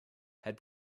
had